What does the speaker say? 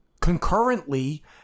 concurrently